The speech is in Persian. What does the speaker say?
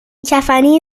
کفنی